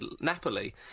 Napoli